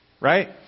Right